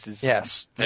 Yes